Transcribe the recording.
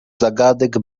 zagadek